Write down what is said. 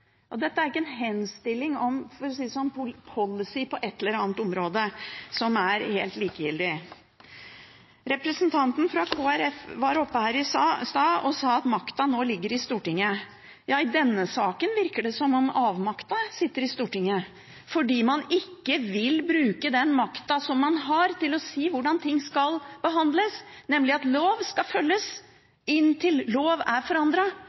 var oppe her i stad og sa at makta nå ligger i Stortinget. I denne saken virker det som om avmakta sitter i Stortinget, for man vil ikke bruke den makta som man har, til å si hvordan ting skal behandles, nemlig at lov skal følges inntil lov er